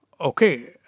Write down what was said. okay